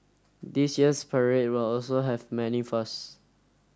this year's parade will also have many firsts